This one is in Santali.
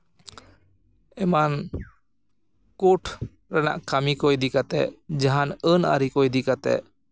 ᱮᱢᱟᱱ ᱠᱳᱴ ᱨᱮᱱᱟᱜ ᱠᱟᱹᱢᱤ ᱠᱚ ᱤᱫᱤ ᱠᱟᱛᱮ ᱡᱟᱦᱟᱱ ᱟᱹᱱᱼᱟᱹᱨᱤ ᱠᱚ ᱤᱫᱤ ᱠᱟᱛᱮ